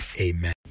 Amen